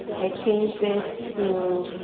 i change this to,